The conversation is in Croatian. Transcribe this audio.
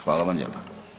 Hvala vam lijepa.